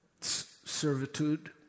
servitude